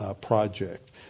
Project